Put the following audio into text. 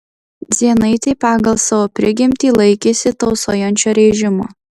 dzienaitė pagal savo prigimtį laikėsi tausojančio režimo